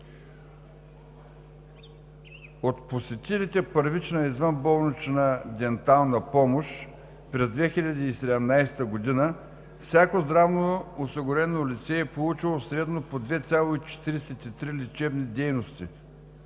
От посетилите първична извънболнична дентална помощ през 2017 г. всяко здравноосигурено лице е получило средно по 2,43 лечебни дейности,